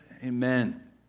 Amen